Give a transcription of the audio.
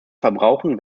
verbrauchen